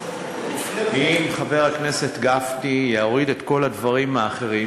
אם חבר הכנסת גפני יוריד את כל הדברים האחרים,